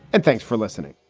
and thanks for listening